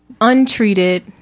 untreated